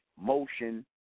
Motion